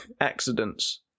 accidents